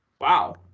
Wow